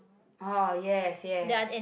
oh yes ya